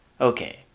Okay